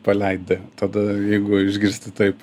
paleidi tada jeigu išgirsti taip